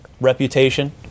reputation